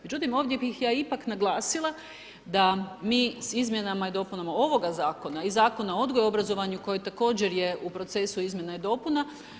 Međutim, ja bih ovdje ipak naglasila da mi s izmjenama i dopunama ovoga zakona i i Zakona o odgoju i obrazovanju koje također je u procesu izmjena i dopuna.